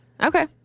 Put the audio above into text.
Okay